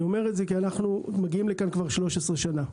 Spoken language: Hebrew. אנחנו מגיעים לכאן כבר 13 שנה,